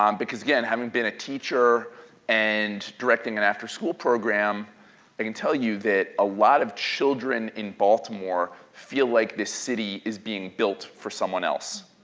um because again having been a teacher and directing an after-school program i can tell you that a lot of children in baltimore feel like this city is being built for someone else.